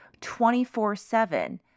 24-7